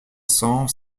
cent